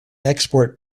export